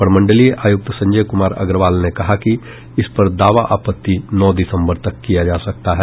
प्रमंडलीय आयुक्त संजय कुमार अग्रवाल ने कहा कि इस पर दावा आपत्ति नौ दिसंबर तक किया जा सकता है